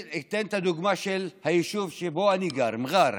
אתן את הדוגמה של היישוב שבו אני גר, מע'אר.